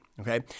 okay